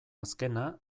azkena